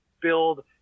build—